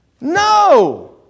No